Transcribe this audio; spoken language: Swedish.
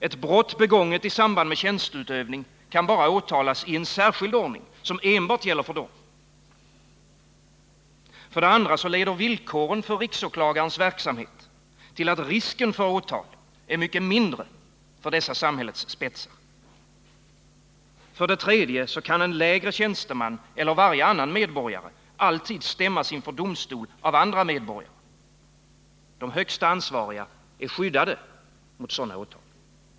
Ett brott begånget i samband med tjänsteutövning kan bara åtalas i en särskild ordning, som enbart gäller för dem. För det andra leder villkoren för riksåklagarens verksamhet till att risken för åtal är mycket mindre för dessa samhällets spetsar. För det tredje kan en lägre tjänsteman eller varje annan medborgare alltid stämmas inför domstol av andra medborgare. De högsta ansvariga är skyddade mot sådana åtal.